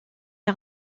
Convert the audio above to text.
est